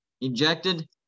ejected